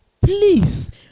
Please